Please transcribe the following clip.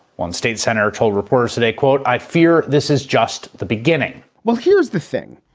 one state senator told reporters today, quote, i fear this is just the beginning well, here's the thing.